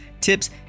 tips